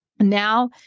Now